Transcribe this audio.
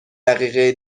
دقیقه